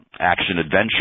action-adventure